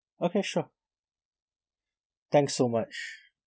okay sure thanks so much